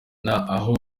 aho